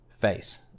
face